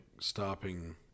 stopping